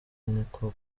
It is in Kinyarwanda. niko